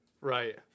Right